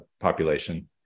population